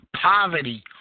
poverty